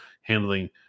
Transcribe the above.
handling